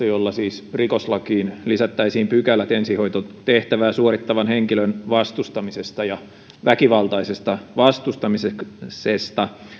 jolla siis rikoslakiin lisättäisiin pykälät ensihoitotehtävää suorittavan henkilön vastustamisesta ja väkivaltaisesta vastustamisesta